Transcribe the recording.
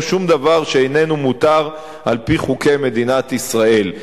שום דבר שאיננו מותר על-פי חוקי מדינת ישראל.